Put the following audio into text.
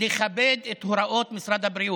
לכבד את הוראות משרד הבריאות,